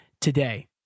today